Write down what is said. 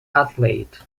athlete